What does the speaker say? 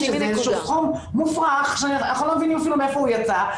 שזה איזשהו סכום מופרך שאנחנו לא מבינים אפילו מאיפה הוא יצא,